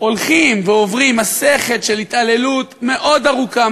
הולכים ועוברים מסכת של התעללות מאוד ארוכה,